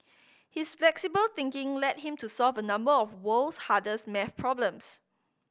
his flexible thinking led him to solve a number of world's hardest maths problems